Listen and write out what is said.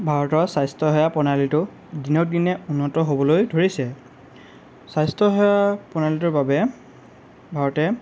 ভাৰতৰ স্বাস্থ্যসেৱা প্ৰণালীটো দিনক দিনে উন্নত হ'বলৈ ধৰিছে স্বাস্থ্যসেৱা প্ৰণালীটোৰ বাবে ভাৰতে